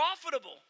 profitable